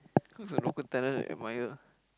who is the local talent that you admire